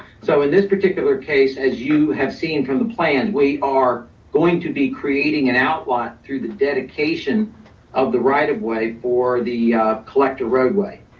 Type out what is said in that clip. so in this particular case, as you have seen from the plans, we are going to be creating an outline through the dedication of the right of way for the collective roadway.